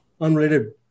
unrated